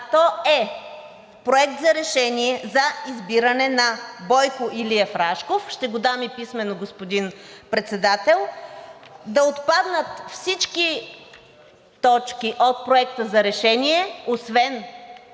то е: „Проект за решение за избиране на Бойко Илиев Рашков“, ще го дам и писмено, господин Председател. Да отпаднат всички точки от Проекта за решение, освен т.